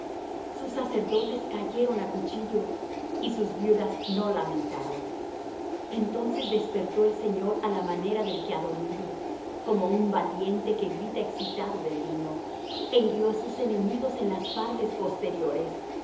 sus sacerdotes cayeron á cuchillo y sus viudas no lamentaron entonces despertó el señor á la manera del que ha dormido como un valiente que grita excitado del vino e hirió á sus enemigos en las partes posteriores